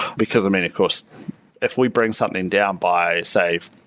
because um and it cost if we bring something down by, say,